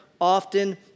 often